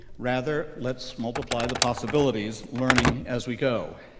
rather, let's multiply the possibilities, learning as we go.